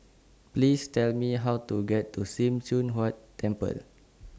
Please Tell Me How to get to SIM Choon Huat Temple